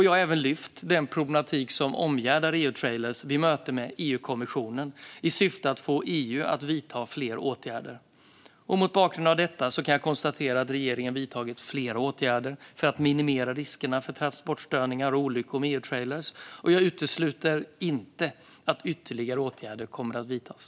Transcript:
Jag har även lyft den problematik som omgärdar EU-trailrar vid möte med EU-kommissionen, i syfte att få EU att vidta fler åtgärder. Mot bakgrund av detta kan jag konstatera att regeringen har vidtagit flera åtgärder för att minimera riskerna för transportstörningar och olyckor med EU-trailrar, och jag utesluter inte att ytterligare åtgärder kommer att vidtas.